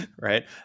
Right